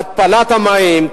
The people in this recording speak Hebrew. התפלת המים,